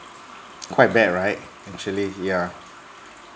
quite bad right actually yeah